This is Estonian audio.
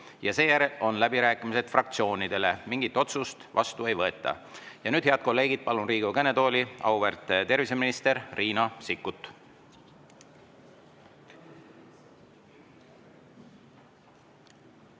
Seejärel on läbirääkimised fraktsioonidele. Mingit otsust vastu ei võeta. Ja nüüd, head kolleegid, palun Riigikogu kõnetooli auväärt terviseministri Riina Sikkuti.